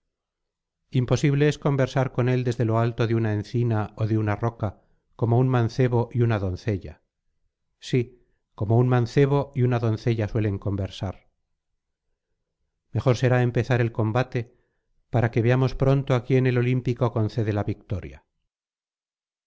imposible es conversar con él desde lo alto de una encina ó de una roca como un mancebo y una doncella sí como un mancebo y una doncella suelen conversar mejor será empezar el combate para que veamos pronto á quién el olímpico concede la victoria